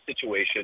situation